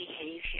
behavior